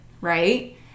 Right